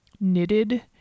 knitted